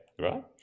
right